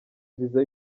visa